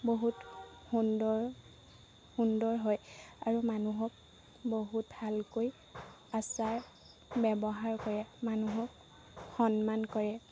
বহুত সুন্দৰ সুন্দৰ হয় আৰু মানুহক বহুত ভালকৈ আচাৰ ব্যৱহাৰ কৰে মানুহক সন্মান কৰে